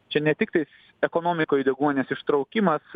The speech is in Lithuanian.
čia ne tiktais ekonomikoj deguonies ištraukimas